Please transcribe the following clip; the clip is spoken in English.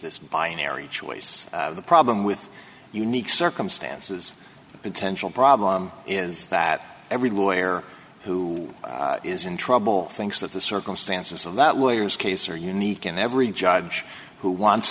this binary choice the problem with unique circumstances a potential problem is that every lawyer who is in trouble thinks that the circumstances of that lawyers case are unique and every judge who wants